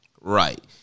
Right